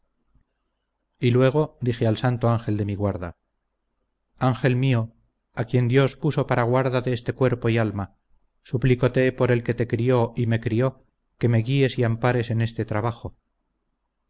y luego dije al santo ángel de mi guarda ángel mío a quien dios puso para guarda de este cuerpo y alma suplícote por el que te crió y me crió que me guíes y ampares en este trabajo